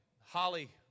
Holly